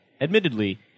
Admittedly